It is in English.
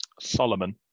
Solomon